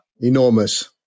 enormous